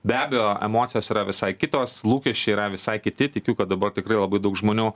be abejo emocijos yra visai kitos lūkesčiai yra visai kiti tikiu kad dabar tikrai labai daug žmonių